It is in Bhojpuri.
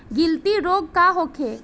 गिल्टी रोग का होखे?